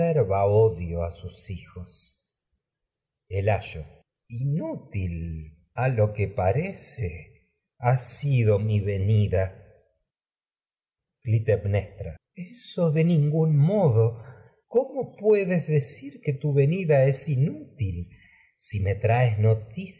odio a sus hijos el ayo inútil a lo que parece ha sido mi venida de ningún clitemnestra eso decir modo cómo puedes que tu venida es inútil si me traes noticias